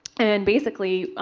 and basically,